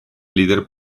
líder